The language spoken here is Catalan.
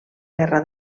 guerra